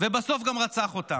ובסוף גם רצח אותם.